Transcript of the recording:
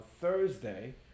thursday